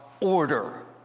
order